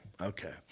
Okay